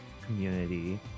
community